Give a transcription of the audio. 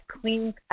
clean